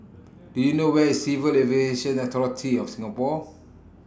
Do YOU know Where IS Civil Aviation Authority of Singapore